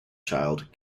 child